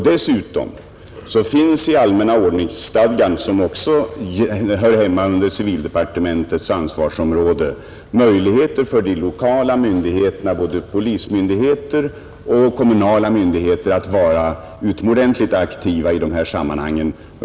Dessutom finns i allmänna ordningsstadgan, som också hör hemma under civildepartementets ansvarsområde, möjligheter för de lokala myndigheterna, både polismyndigheter och kommunala myndigheter, att vara utomordentligt aktiva i dessa sammanhang.